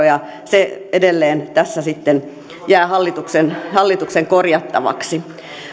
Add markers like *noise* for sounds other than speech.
*unintelligible* ja se edelleen tässä sitten jää hallituksen hallituksen korjattavaksi